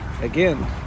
again